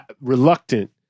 reluctant